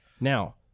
Now